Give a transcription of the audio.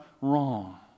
wrong